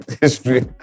history